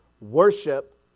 worship